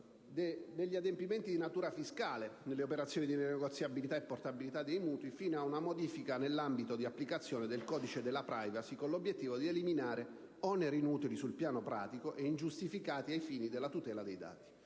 degli adempimenti di natura fiscale nelle operazioni di rinegoziabilità e portabilità dei mutui, fino ad una modifica nell'ambito di applicazione del codice della *privacy*, con l'obiettivo di eliminare oneri inutili sul piano pratico e ingiustificati ai fini della tutela dei dati,